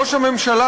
ראש הממשלה,